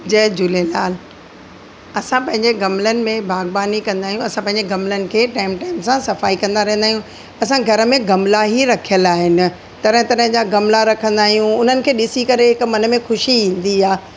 जय झूलेलाल असां पंहिंजे गमलनि में बाग़बानी कंदा आहियूं असां पंहिंजे गमलनि खे टाइम टाइम सां सफ़ाई कंदा रहंदा आहियूं असां घर में गमला ई रखियल आहिनि तरह तरह जा गमला रखंदा आहियूं उन्हनि खे ॾिसी करे हिकु मन में ख़ुशी ईंदी आहे